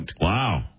Wow